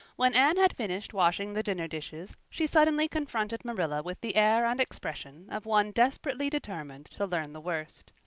when anne had finished washing the dinner dishes she suddenly confronted marilla with the air and expression of one desperately determined to learn the worst.